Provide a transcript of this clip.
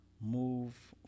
move